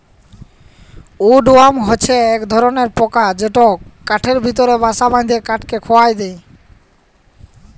would worm হছে ইক ধরলর পকা যেট কাঠের ভিতরে বাসা বাঁধে কাঠকে খয়ায় দেই